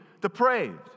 depraved